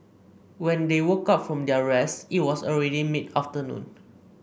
when they woke up from their rest it was already mid afternoon